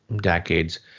decades